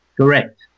Correct